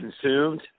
consumed